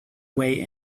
way